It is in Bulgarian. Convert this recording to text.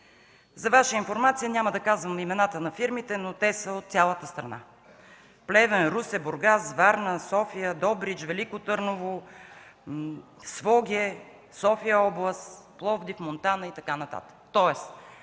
За Ваша информация, няма да казвам имената на фирмите, но те са от цялата страна: Плевен, Русе, Бургас, Варна, София, Добрич, Велико Търново, Своге, София област, Пловдив, Монтана и така